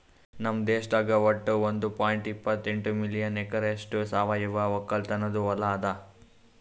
ನಮ್ ದೇಶದಾಗ್ ವಟ್ಟ ಒಂದ್ ಪಾಯಿಂಟ್ ಎಪ್ಪತ್ತೆಂಟು ಮಿಲಿಯನ್ ಎಕರೆಯಷ್ಟು ಸಾವಯವ ಒಕ್ಕಲತನದು ಹೊಲಾ ಅದ